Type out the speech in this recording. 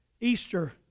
Easter